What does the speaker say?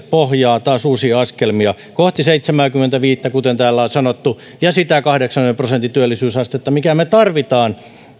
pohjaa taas uusia askelmia kohti seitsemääkymmentäviittä kuten täällä on sanottu ja sitä kahdeksankymmenen prosentin työllisyysastetta minkä me tarvitsemme